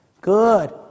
good